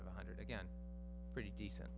one hundred again pretty decent